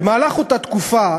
באותה תקופה,